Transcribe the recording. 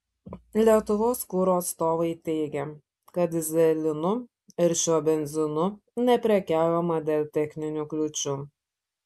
lietuvos kuro atstovai teigė kad dyzelinu ir šiuo benzinu neprekiaujama dėl techninių kliūčių